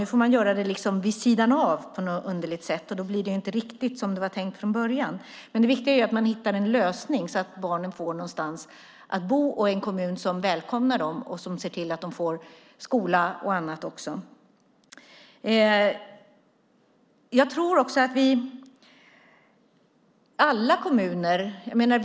Nu får man göra det liksom vid sidan av på något underligt sätt, och då blir det inte riktigt som det var tänkt från början. Men det viktiga är att man hittar en lösning så att barnen får någonstans att bo i en kommun som välkomnar dem och ser till att de får gå i skola och annat.